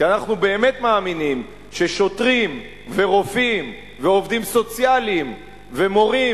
כי אנחנו באמת מאמינים ששוטרים ורופאים ועובדים סוציאליים ומורים